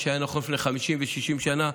מה שהיה נכון לפני 50 ו-60 שנה,